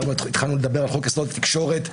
התחלנו לדבר על חוק-יסוד: התקשורת,